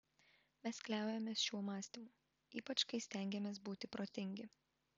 mes kliaujamės šiuo mąstymu ypač kai stengiamės būti protingi